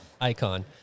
Icon